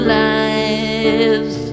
lives